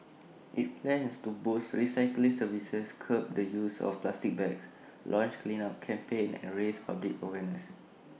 IT plans to boost recycling services curb the use of plastic bags launch cleanup campaigns and raise public awareness